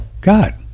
God